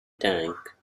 tank